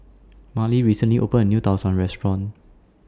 Marley recently opened A New Tau Suan Restaurant